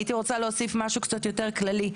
אני הייתי רוצה להוסיף משהו קצת יותר כללי.